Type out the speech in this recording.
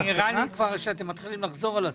נראה לי שאתם כבר מתחילים לחזור על עצמכם.